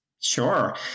Sure